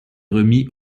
remis